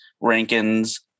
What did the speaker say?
Rankins